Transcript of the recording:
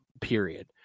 period